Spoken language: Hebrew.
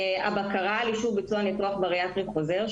הבקרה על אישור ביצוע בריאטרי חוזר,